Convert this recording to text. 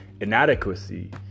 inadequacy